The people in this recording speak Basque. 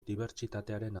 dibertsitatearen